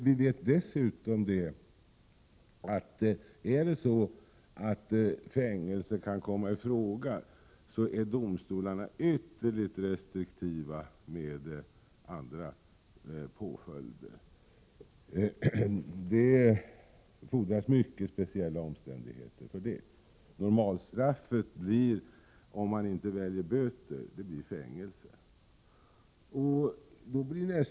Vi vet dessutom att domstolarna är ytterligt restriktiva med andra påföljder, om fängelse kan komma i fråga. Det fordras mycket speciella omständigheter för det. Normalstraffet blir, om man inte väljer böter, fängelse.